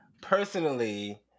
Personally